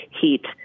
heat